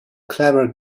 clever